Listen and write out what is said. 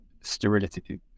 sterility